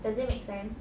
does it make sense